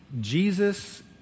Jesus